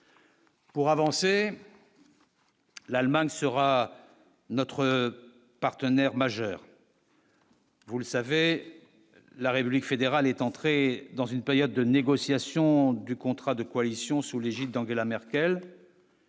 Pour avancer. L'Allemagne sera notre partenaire majeur. Vous le savez, la République fédérale est entré dans une période de négociations du contrat de coalition sous l'égide d'Angela Merkel.